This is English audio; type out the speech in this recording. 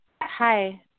Hi